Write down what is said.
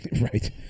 right